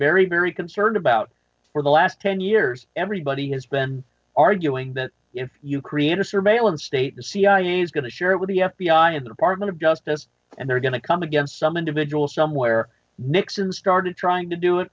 very very concerned about for the last ten years everybody has been arguing that if you create a surveillance state the cia is going to share it with the f b i and the department of justice and they're going to come against some individual somewhere nixon started trying to do it